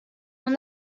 when